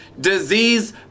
disease